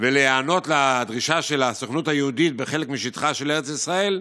והיענות לדרישה של הסוכנות היהודית בחלק משטחה של ארץ ישראל,